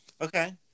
Okay